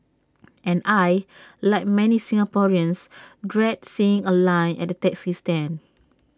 and I Like many Singaporeans dread seeing A line at the taxi stand